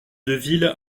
deville